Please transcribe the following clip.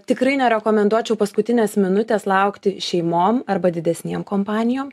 tikrai nerekomenduočiau paskutinės minutės laukti šeimom arba didesnėm kompanijom